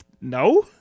no